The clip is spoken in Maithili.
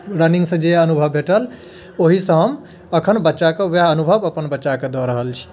रनिङ्गसँ जे अनुभव भेटल ओहिसँ हम एखन बच्चा कऽ ओएह अनुभव अपन बच्चा कऽ दऽ रहल छी